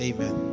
Amen